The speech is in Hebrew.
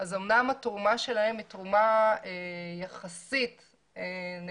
אז אומנם התרומה שלהם היא תרומה יחסית נמוכה,